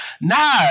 Nah